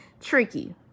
tricky